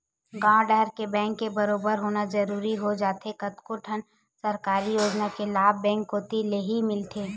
गॉंव डहर के बेंक के बरोबर होना जरूरी हो जाथे कतको ठन सरकारी योजना के लाभ बेंक कोती लेही मिलथे